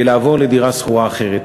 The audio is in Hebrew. ולעבור לדירה שכורה אחרת.